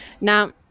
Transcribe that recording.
now